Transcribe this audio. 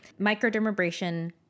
Microdermabrasion